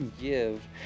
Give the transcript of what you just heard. give